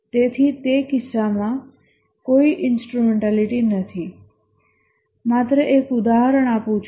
તેથી તે કિસ્સામાં કોઈ ઇન્સ્ટ્રુમેંટેલિટી નથી માત્ર એક ઉદાહરણ આપું છું